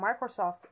Microsoft